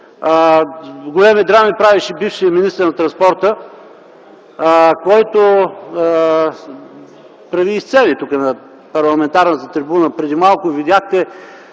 Големи драми правеше бившият министър на транспорта, който прави и сцени тук, на парламентарната трибуна - преди малко видяхте,